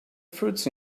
fruits